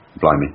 Blimey